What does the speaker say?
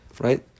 right